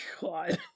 God